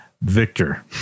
Victor